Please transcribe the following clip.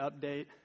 update